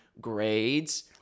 grades